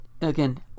again